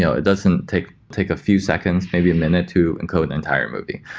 you know it doesn't take take a few seconds, maybe a minute to encode an entire movie.